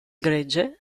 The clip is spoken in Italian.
gregge